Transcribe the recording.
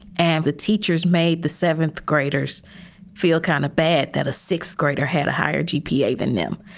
and the teachers made the seventh graders feel kind of bad that a sixth grader had a higher gpa than them.